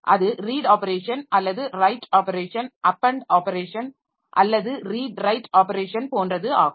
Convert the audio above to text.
அது read operation அல்லது write operation append operation அல்லது ரீட்ரைட் ஆப்பரேஷன் போன்றது ஆகும்